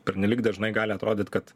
pernelyg dažnai gali atrodyti kad